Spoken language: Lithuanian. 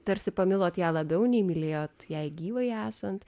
tarsi pamilote ją labiau nei mylėti jei gyvai esant